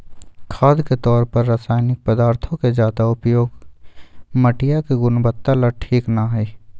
खाद के तौर पर रासायनिक पदार्थों के ज्यादा उपयोग मटिया के गुणवत्ता ला ठीक ना हई